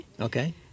Okay